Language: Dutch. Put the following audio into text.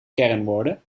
kernwoorden